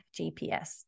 GPS